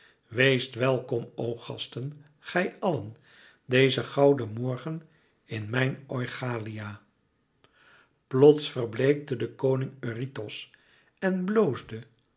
weest welkom o gasten gij allen dezen gouden morgen in mijn oichalia plots verbleekte de koning eurytos en